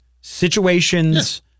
situations